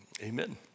amen